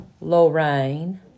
Lorraine